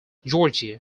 georgia